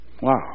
Wow